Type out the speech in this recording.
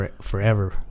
forever